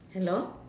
hello